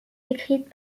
écrite